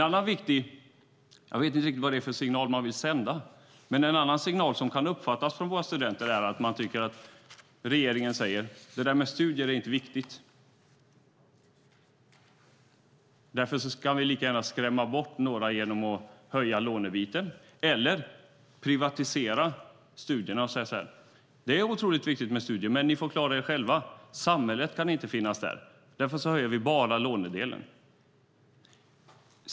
Jag vet inte riktigt vad det är för signal man vill sända, men en signal som kan uppfattas från våra studenter är att de tycker att regeringen säger: Det där med studier är inte viktigt, därför kan vi lika gärna skrämma bort några genom att höja lånebiten eller privatisera studierna och CSN. Det är otroligt viktigt med studier, men ni får klara er själva. Samhället kan inte finnas där. Därför höjer vi bara lånedelen.